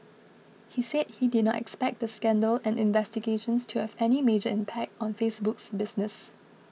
he said he did not expect the scandal and investigations to have any major impact on Facebook's business